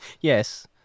yes